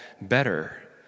better